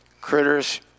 critters